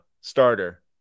starter